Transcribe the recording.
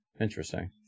Interesting